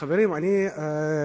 חברים, אני חושב